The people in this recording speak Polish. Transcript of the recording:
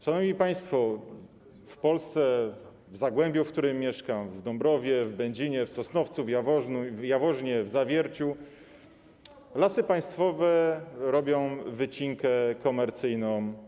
Szanowni państwo, w Polsce, w zagłębiu, w którym mieszkam, w Dąbrowie, w Będzinie, w Sosnowcu, w Jaworznie, w Zawierciu, Lasy Państwowe robią u siebie wycinkę komercyjną.